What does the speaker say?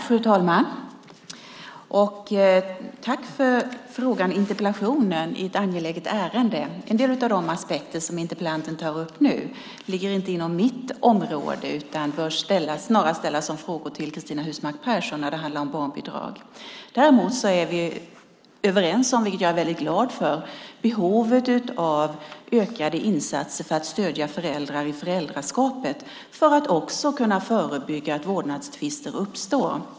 Fru talman! Tack för interpellationen i ett angeläget ärende! En del av de frågor som interpellanten tar upp nu ligger inte inom mitt område utan bör snarare ställas till Cristina Husmark Pehrsson, till exempel när det handlar om barnbidrag. Vi är överens om, vilket jag är väldigt glad för, behovet av ökade insatser för att stödja föräldrar i föräldraskapet och för att också kunna förebygga att vårdnadstvister uppstår.